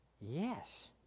Yes